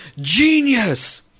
genius